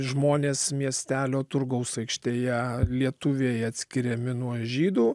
žmonės miestelio turgaus aikštėje lietuviai atskiriami nuo žydų